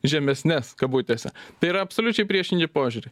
žemesnes kabutėse tai yra absoliučiai priešingi požiūriai